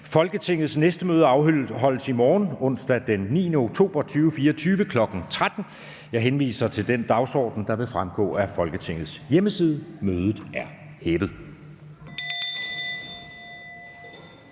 Folketingets næste møde afholdes i morgen, onsdag den 9. oktober 2024, kl. 13.00. Jeg henviser til den dagsorden, der vil fremgå af Folketingets hjemmeside. Mødet er hævet.